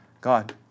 God